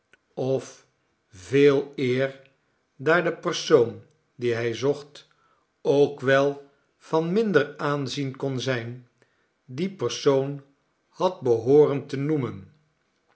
of veeleer daar de persoon dien hij zocht ook wel van minder aanzien kon zijn dien persoon had behooren te noemen